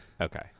Okay